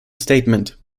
statement